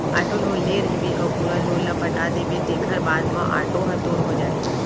auto loan ले रहिबे अउ पूरा लोन ल पटा देबे तेखर बाद म आटो ह तोर हो जाही